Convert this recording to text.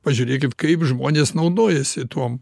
pažiūrėkit kaip žmonės naudojasi tuom